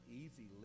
easy